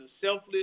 selfless